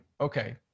okay